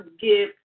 give